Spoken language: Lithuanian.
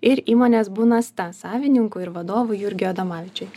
ir įmonės bunasta savininkui ir vadovui jurgiui adomavičiui